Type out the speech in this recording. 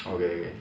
okay okay